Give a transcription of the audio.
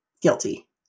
Guilty